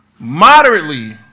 moderately